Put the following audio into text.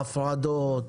ההפרדות,